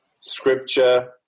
scripture